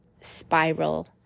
spiral